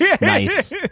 Nice